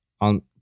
on